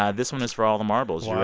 ah this one is for all the marbles. yeah